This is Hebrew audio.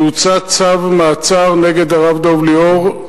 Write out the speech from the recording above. שהוצא צו מעצר נגד הרב דב ליאור,